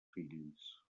fills